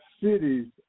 cities